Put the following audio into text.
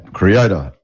creator